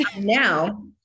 Now